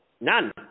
None